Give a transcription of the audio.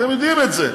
אתם יודעים את זה.